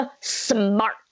smart